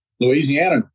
Louisiana